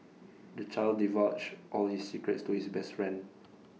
the child divulged all his secrets to his best friend